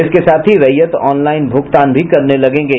इसके साथ ही रैयत ऑनलाईन भुगतान भी करने लगेंगे